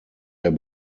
der